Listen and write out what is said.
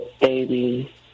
baby